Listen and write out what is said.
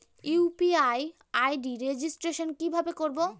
UPI ID registration কিভাবে করব?